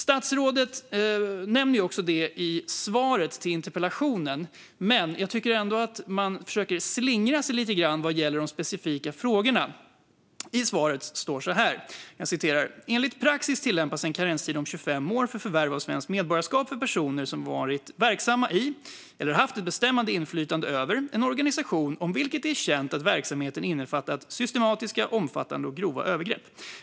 Statsrådet nämner också detta i interpellationssvaret, men jag tycker att man försöker slingra sig lite grann vad gäller de specifika frågorna. I svaret anges: "Enligt praxis tillämpas en karenstid om 25 år för förvärv av svenskt medborgarskap för personer som har varit verksamma i eller haft ett bestämmande inflytande över en organisation om vilken det är känt att verksamheten innefattat systematiska, omfattande och grova övergrepp."